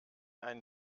einen